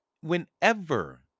whenever